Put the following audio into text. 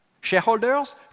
Shareholders